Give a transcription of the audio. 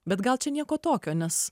bet gal čia nieko tokio nes